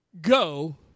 Go